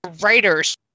writers